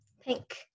Pink